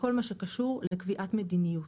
בכל מה שקשור לקביעת מדיניות.